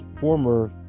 former